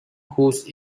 whose